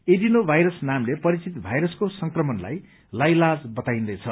adeno virus नामले परिचित भाइरसको संक्रमणलाई लाइलाज बताइन्दैछ